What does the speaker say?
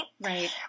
Right